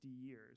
years